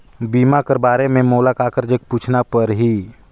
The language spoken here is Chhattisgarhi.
बीमा कर बारे मे मोला ककर जग पूछना परही?